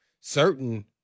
certain